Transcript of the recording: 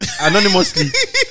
anonymously